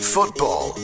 Football